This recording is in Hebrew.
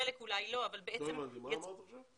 לא הבנתי, מה אמרת עכשיו?